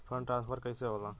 Fund transfer कैसे होला?